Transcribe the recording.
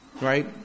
right